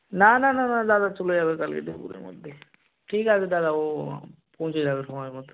না না না না দাদা চলে যাবে কালকে দুপুরের মধ্যেই ঠিক আছে দাদা ও পৌঁছে যাবে সময় মতো